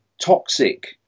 toxic